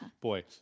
Boy